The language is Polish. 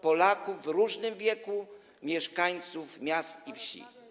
Polaków w różnym wieku, mieszkańców miast i wsi.